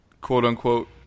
quote-unquote